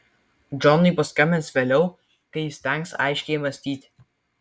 džonui paskambins vėliau kai įstengs aiškiai mąstyti